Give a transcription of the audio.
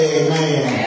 amen